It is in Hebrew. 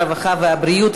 הרווחה והבריאות,